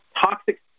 toxic